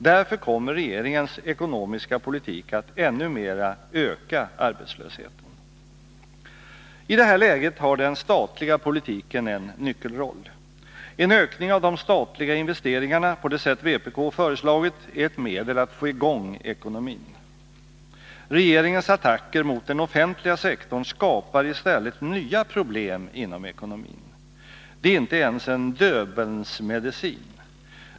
Därför kommer regeringens ekonomiska politik att ännu mera öka arbetslösheten. I det här läget har den statliga politiken en nyckelroll. En ökning av de statliga investeringarna på det sätt vpk föreslagit är ett medel att få i gång ekonomin. Regeringens attacker mot den offentliga sektorn skapar i stället nya problem inom ekonomin. Det är inte ens en Döbelnsmedicin.